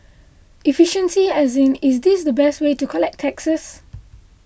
efficiency as in is this the best way to collect taxes